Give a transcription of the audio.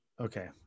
okay